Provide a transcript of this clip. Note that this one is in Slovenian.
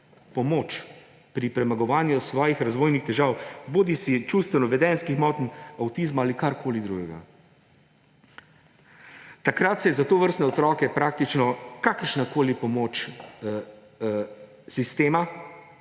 pomoč pri premagovanju svojih razvojnih težav bodisi čustveno-vedenjskih motenj, avtizma ali karkoli drugega. Takrat se je za tovrstne otroke praktično kakršnakoli pomoč sistema,